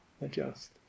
adjust